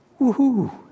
woohoo